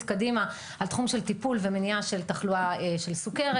קדימה בתחום של טיפול ומניעה של תחלואה של סוכרת.